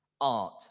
art